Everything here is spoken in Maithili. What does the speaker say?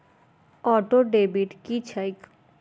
ऑटोडेबिट की छैक?